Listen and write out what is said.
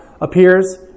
appears